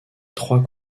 trois